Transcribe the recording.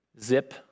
zip